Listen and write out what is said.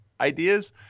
ideas